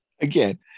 Again